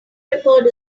record